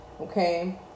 okay